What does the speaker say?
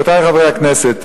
רבותי חברי הכנסת,